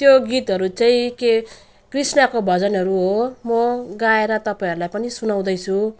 त्यो गीतहरू चाहिँ के कृष्णको भजनहरू हो म गाएर तपाईँहरूलाई पनि सुनाउँदैछु